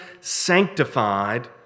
sanctified